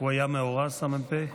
הוא היה מאורס, המ"פ?